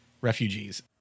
refugees